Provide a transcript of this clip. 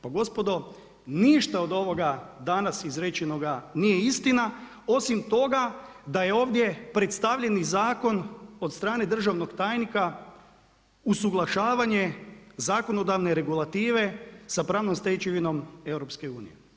Pa gospodo ništa od ovoga danas izrečenoga nije istina osim toga da je ovdje predstavljeni zakon od strane državnog tajnika usuglašavanje zakonodavne regulative sa pravnom stečevinom EU.